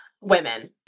women